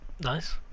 Nice